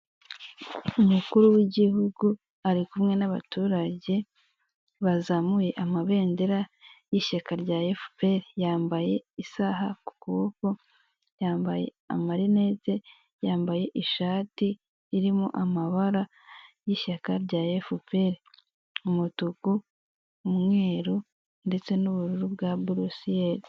Umukuru w'igihugu ari kumwe n'abaturage bazamuye amabendera y'ishyaka rya efuperi. Yambaye isaha ku kuboko, yambaye amarinete, yambaye ishati irimo amabara y'ishyaka rya efuperi umutuku, umweru ndetse n'ubururu bwa burusiyeri.